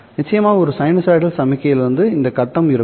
நிச்சயமாக ஒரு சைனூசாய்டல் சமிக்ஞையில் இந்த கட்டம் இருக்கும்